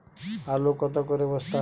আলু কত করে বস্তা?